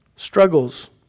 Struggles